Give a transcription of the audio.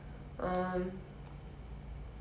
making